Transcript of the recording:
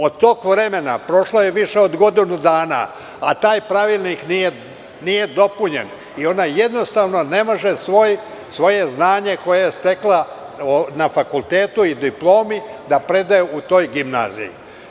O tog vremena prošlo je više od godinu dana, a taj pravilnik nije dopunjen i ona ne može svoje znanje koje je stekla na fakultetu i diplomi da predaje u toj gimnaziji.